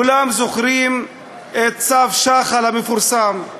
כולם זוכרים את צו שחל המפורסם,